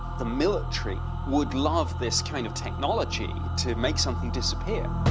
the military would love this kind of technology to make something disappear.